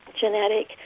genetic